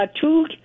two